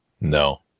No